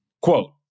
Quote